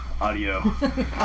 audio